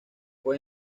fue